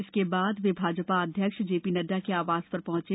इसके बाद वे भाजपा अध्यक्ष जेपी नड्डा के आवास पर पहंचे